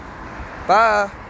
Bye